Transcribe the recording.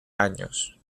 años